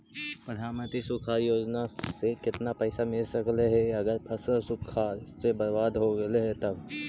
प्रधानमंत्री सुखाड़ योजना से केतना पैसा मिल सकले हे अगर फसल सुखाड़ से बर्बाद हो गेले से तब?